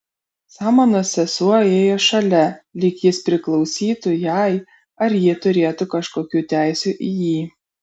samanos sesuo ėjo šalia lyg jis priklausytų jai ar ji turėtų kažkokių teisių į jį